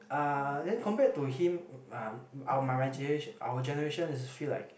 uh then compared to him um our my my our generation is feel like